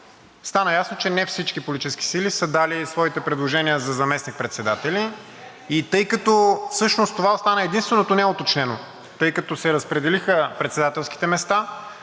стана ясно, че не всички политически сили са дали своите предложения за заместник-председатели. И тъй като всъщност това остана единственото неуточнено, тъй като се разпределиха председателските места,